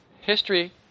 History